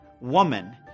woman